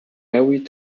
married